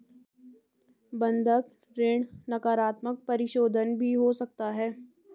बंधक ऋण नकारात्मक परिशोधन भी हो सकता है